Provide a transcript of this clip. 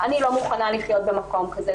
אני לא מוכנה לחיות במקום כזה.